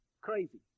crazy